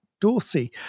Dorsey